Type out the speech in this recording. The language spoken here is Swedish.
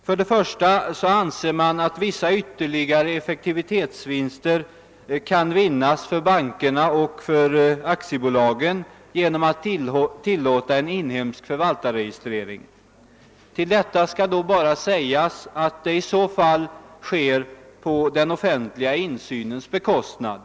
För det första anser man att vissa ytterligare effektivitetsvinster kan vinnas för bankerna och aktiebolagen genom att tillåta en inhemsk förvaltarregistrering. Till detta skall då bara sägas att det i så fall sker på den offentliga insynens bekostnad.